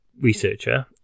researcher